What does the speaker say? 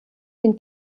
den